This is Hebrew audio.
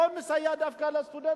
בוא נסייע דווקא לסטודנטים,